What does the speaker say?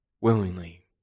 willingly